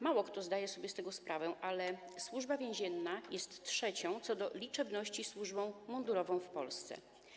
Mało kto zdaje sobie z tego sprawę, ale Służba Więzienna jest trzecią co do liczebności służbą mundurową w Polsce.